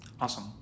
Awesome